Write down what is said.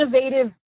innovative